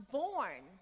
born